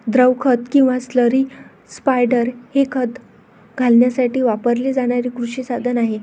द्रव खत किंवा स्लरी स्पायडर हे खत घालण्यासाठी वापरले जाणारे कृषी साधन आहे